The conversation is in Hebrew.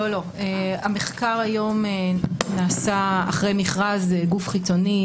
המחקר היום נעשה אחרי מכרז גוף חיצוני,